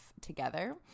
together